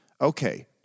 okay